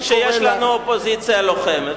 שיש לנו אופוזיציה לוחמת?